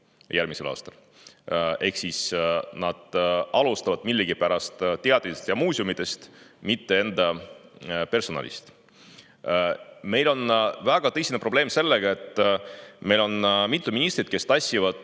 Ehk siis nad alustavad millegipärast teatritest ja muuseumidest, mitte enda personalist. Meil on väga tõsine probleem sellega, et meil on mitu ministrit, kes tassivad